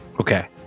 Okay